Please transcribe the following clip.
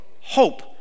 hope